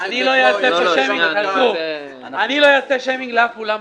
לא אעשה פה שיימינג לאף אולם.